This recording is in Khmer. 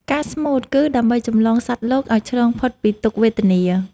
ការស្មូត គឺដើម្បីចម្លងសត្វលោកឱ្យឆ្លងផុតពីទុក្ខវេទនា។